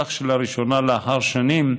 כך שלראשונה לאחר שנים,